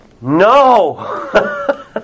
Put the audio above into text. No